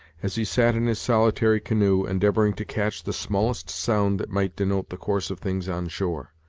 as he sat in his solitary canoe, endeavoring to catch the smallest sound that might denote the course of things on shore.